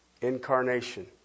incarnation